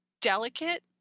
delicate